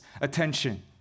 attention